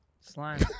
Slime